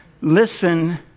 listen